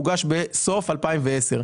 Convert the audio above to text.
הוא הוגש בסוף 2010,